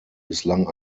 bislang